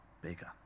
bigger